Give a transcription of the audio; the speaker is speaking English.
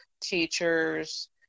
teachers